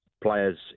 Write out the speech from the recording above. players